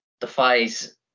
defies